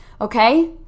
okay